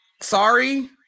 sorry